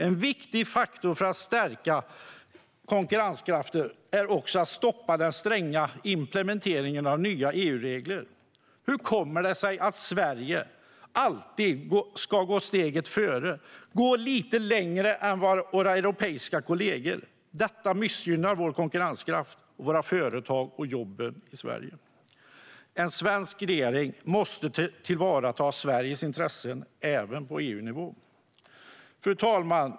En viktig faktor för att stärka konkurrenskraften är också att stoppa den stränga implementeringen av nya EU-regler. Hur kommer det sig att Sverige alltid ska gå steget före, gå lite längre än våra europeiska kollegor? Detta missgynnar vår konkurrenskraft, våra företag och jobben i Sverige. En svensk regering måste tillvarata Sveriges intressen även på EU-nivå. Fru talman!